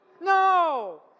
No